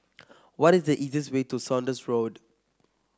what is the easiest way to Saunders Road